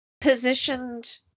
positioned